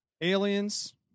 Aliens